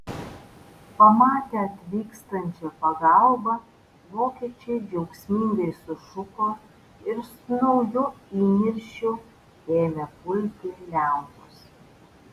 pamatę atvykstančią pagalbą vokiečiai džiaugsmingai sušuko ir su nauju įniršiu ėmė pulti lenkus